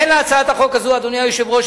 אדוני היושב-ראש,